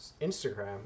instagram